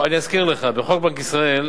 אני אזכיר לך, בחוק בנק ישראל,